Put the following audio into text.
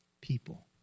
people